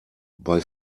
bei